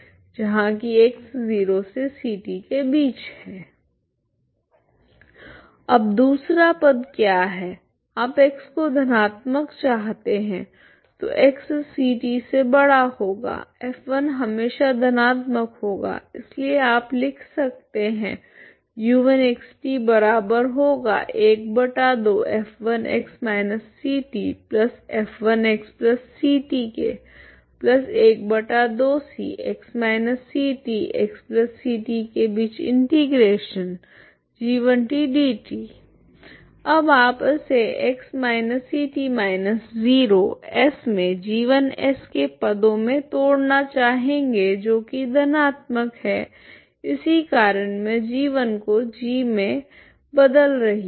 इस लिए अब दूसरा पद क्या है आप x को धनात्मक चाहते है तो xct f1 हमेशा धनात्मक होगा इस लिए आप लिख सकते है अब आप इसे 0s मे g1 के पदो मे तोड़ना चाहेगे जो की धनात्मक है इसी कारण मे g1 को g से बादल रही हूँ